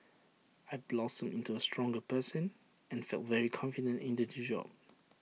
I blossomed into A stronger person and felt very confident in the G job